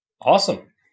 Awesome